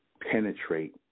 penetrate